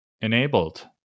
enabled